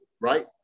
Right